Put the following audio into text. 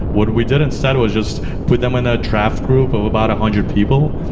what we didn't said was just put them in a draft group of about a hundred people.